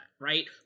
right